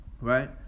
Right